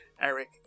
eric